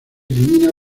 elimina